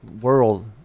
world